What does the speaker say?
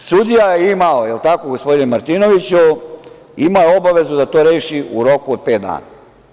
Sudija je imao, jel tako gospodine Martinoviću, imao obavezu da to reši u roku od pet dana.